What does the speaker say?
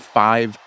five